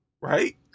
right